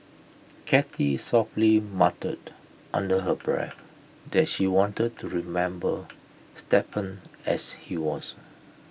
cathy softly muttered under her breath that she wanted to remember Stephen as he was